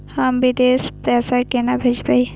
हम विदेश पैसा केना भेजबे?